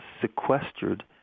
sequestered